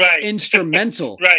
instrumental